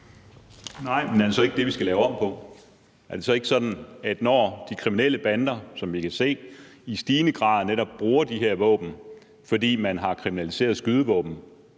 Nej, men er det så ikke det, vi skal lave om på? Når de kriminelle bander, som vi kan se det, i stigende grad netop bruger de her våben, fordi man har kriminaliseret skydevåben